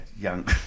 young